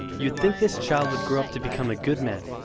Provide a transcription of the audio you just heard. you'd think this child would grow up to become a good man,